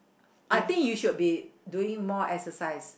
I think you should be doing more exercise